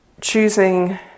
choosing